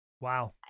Wow